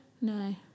no